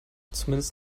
zumindest